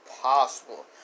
possible